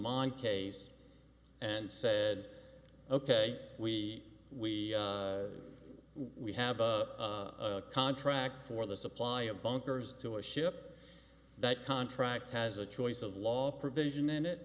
mind case and said ok we we we have a contract for the supply of bunkers to a ship that contract has a choice of law provision and it